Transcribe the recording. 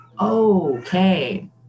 okay